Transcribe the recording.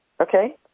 Okay